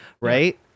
Right